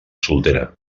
soltera